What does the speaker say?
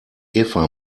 eva